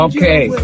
Okay